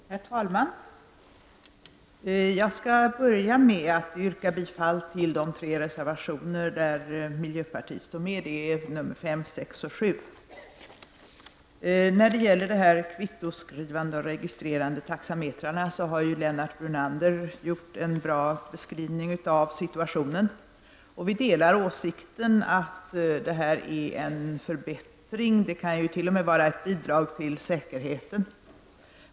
Herr talman! Jag skall börja med att yrka bifall till de tre reservationer där miljöpartiet finns med, nämligen reservationerna 5, 6 och 7. När det gäller kvittoskrivande och registrerande taximetrar har Lennart Brunander gjort en bra beskrivning av situationen. Vi delar åsikten att detta förslag är en förbättring och att det t.o.m. kan vara ett bidrag till säkerheten.